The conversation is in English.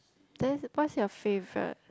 then what's your favourite